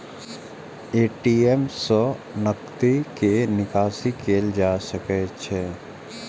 ATM सं नकदी के निकासी कैल जा सकै छै